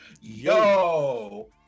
yo